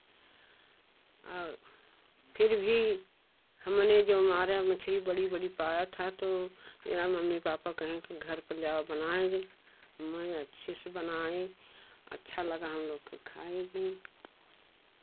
और फिर भी हमने जो मारा मछली बड़ी बड़ी पाया था तो यहाँ मम्मी पापा कहने कि घर पर ले आओ बना दें वही अच्छी सी बनाई अच्छा लगा हम लोग को खा गए